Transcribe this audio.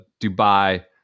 Dubai